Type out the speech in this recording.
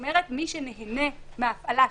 כלומר מי שנהנה מההפעלה.